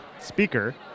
speaker